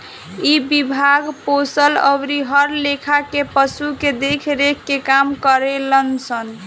इ विभाग पोसल अउरी हर लेखा के पशु के देख रेख के काम करेलन सन